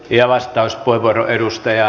arvoisa herra puhemies